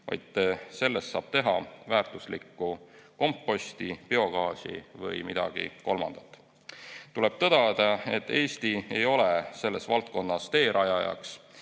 vaid sellest saab teha väärtuslikku komposti, biogaasi või midagi kolmandat. Tuleb tõdeda, et Eesti ei ole selles valdkonnas teerajajaks